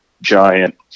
giant